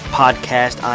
podcast